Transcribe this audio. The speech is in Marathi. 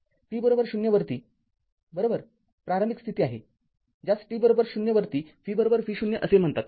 t ० वरती बरोबर प्रारंभिक स्थिती आहे ज्यास t० वरती v v0 आहे असे म्हणतात